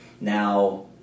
Now